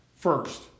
First